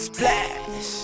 Splash